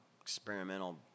experimental